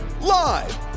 Live